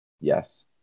Yes